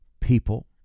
people